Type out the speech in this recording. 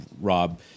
Rob